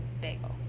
bagel